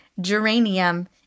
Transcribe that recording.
geranium